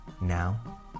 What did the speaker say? Now